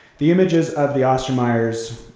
the images of the ostermeyers,